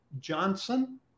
Johnson